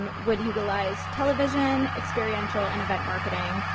um would utilize television, experiential and event marketing,